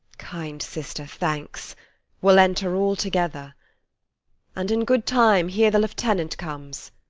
kind sister, thanks we'll enter all together and in good time, here the lieutenant comes.